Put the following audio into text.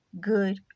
good